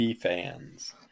fans